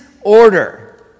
order